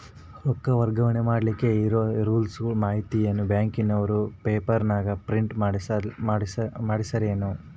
ರೊಕ್ಕ ವರ್ಗಾವಣೆ ಮಾಡಿಲಿಕ್ಕೆ ಇರೋ ರೂಲ್ಸುಗಳ ಮಾಹಿತಿಯನ್ನ ಬ್ಯಾಂಕಿನವರು ಪೇಪರನಾಗ ಪ್ರಿಂಟ್ ಮಾಡಿಸ್ಯಾರೇನು?